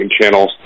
channels